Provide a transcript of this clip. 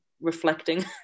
reflecting